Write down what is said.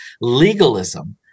legalism